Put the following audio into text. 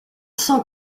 cent